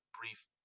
brief